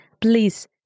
Please